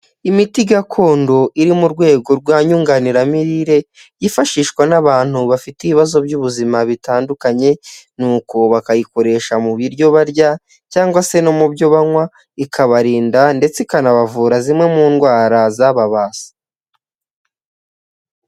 Imiti gakondo iri mu rwego rwa nyunganiramirire, yifashishwa n'abantu bafite ibibazo by'ubuzima bitandukanye, nuko bakayikoresha mu biryo barya, cyangwa se no mu byo bankwa, ikabarinda ndetse ikanabavura zimwe mu ndwara zababase.